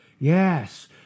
yes